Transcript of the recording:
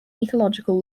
ecological